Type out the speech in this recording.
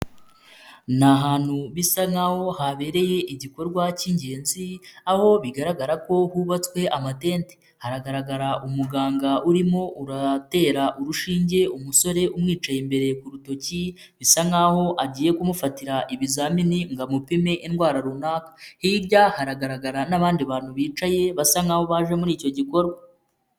Ni ahantu bisa naho habereye igikorwa k'ingenzi. Aho bigaragara ko hubatswe amatente. Haragaragara umuganga urimo uratera urushinge umusore umwicaye imbere ku rutoki, bisa nkaho agiye kumufatira ibizamini ngo amupime indwara runaka. Hirya haragaragara n'abandi bantu bicaye basa nkaho baje muri icyo gikorwa.